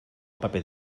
paper